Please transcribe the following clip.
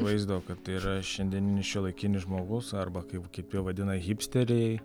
vaizdo kad tai yra šiandieninis šiuolaikinis žmogus arba kaip kiti vadina hipsteriai